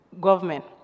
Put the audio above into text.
government